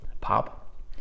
pop